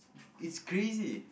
it's crazy